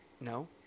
no